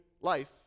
life